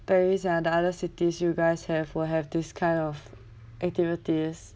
paris and the other cities you guys have will have these kind of activities